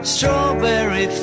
Strawberry